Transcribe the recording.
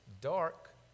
dark